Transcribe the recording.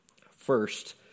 First